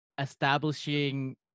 establishing